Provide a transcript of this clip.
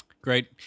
Great